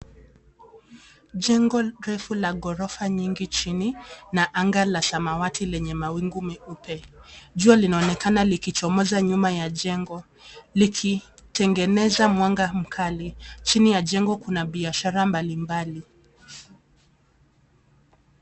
Jengo refu la ghorofa nyingi chini na anga la samawati lenye mawingu meupe. Jua linaonekana likichomoza nyuma ya jengo likitengeneza mwanga mkali. Chini ya jengo kuna biashara mbalimbali.